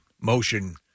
motion